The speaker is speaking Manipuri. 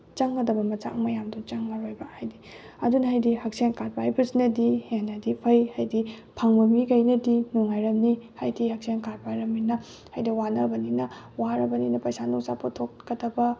ꯆꯪꯒꯗꯕ ꯃꯆꯥꯛ ꯃꯌꯥꯝꯗꯣ ꯆꯪꯉꯔꯣꯏꯕ ꯍꯥꯏꯗꯤ ꯑꯗꯨꯅ ꯍꯥꯏꯗꯤ ꯍꯛꯁꯦꯜ ꯀꯥꯠ ꯄꯥꯏꯕꯁꯤꯅꯗꯤ ꯍꯦꯟꯅꯗꯤ ꯐꯩ ꯍꯥꯏꯗꯤ ꯐꯪꯕ ꯃꯤꯈꯩꯅꯗꯤ ꯅꯨꯡꯉꯥꯏꯔꯝꯅꯤ ꯍꯥꯏꯗꯤ ꯍꯛꯁꯦꯜ ꯀꯥꯠ ꯄꯥꯏꯔꯃꯤꯅ ꯍꯥꯏꯗꯤ ꯋꯥꯅꯕꯅꯤꯅ ꯋꯥꯔꯕꯅꯤꯅ ꯄꯩꯁꯥ ꯅꯨꯡꯁꯥ ꯄꯨꯊꯣꯛꯀꯗꯕ